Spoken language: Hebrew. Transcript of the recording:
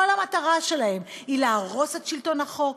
המטרה שלהם היא להרוס את שלטון החוק,